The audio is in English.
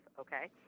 okay